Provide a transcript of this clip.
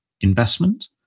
investment